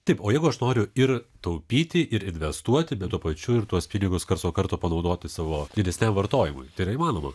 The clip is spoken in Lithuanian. taip o jeigu aš noriu ir taupyti ir investuoti bet tuo pačiu ir tuos pinigus karts nuo karto panaudoti savo didesniam vartojimui tai yra įmanoma